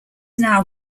now